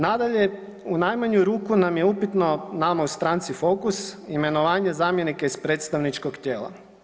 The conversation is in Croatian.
Nadalje, u najmanju ruku nam je upitno nama u stranci Fokus imenovanje zamjenike iz predstavničkog tijela.